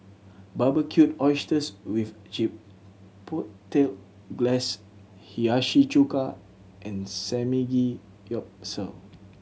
Barbecued Oysters with Chipotle Glaze Hiyashi Chuka and Samgeyopsal